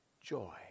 joy